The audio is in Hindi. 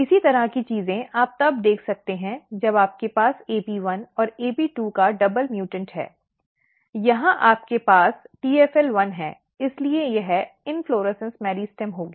इसी तरह की चीजें आप तब देख सकते हैं जब आपके पास AP1 और AP2 का डबल म्यूटेंट है यहां आपके पास TFL1 है इसलिए यह इन्फ्लोरेसन्स मेरिस्टेम होगी